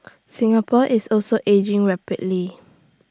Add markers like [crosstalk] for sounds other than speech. [noise] Singapore is also ageing rapidly